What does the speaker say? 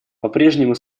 попрежнему